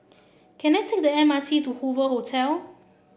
can I take the M R T to Hoover Hotel